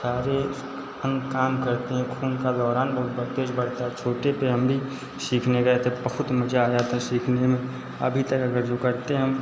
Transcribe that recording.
सारे अंग काम करते हैं खून का दौरान बहुत तेज बढ़ता है छोटे पर हम भी सीखने गए थे बहुत मज़ा आया था सीखने में अभी तक अगर जो करते हम